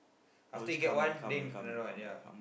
after you get one then another one